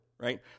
right